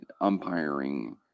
umpiring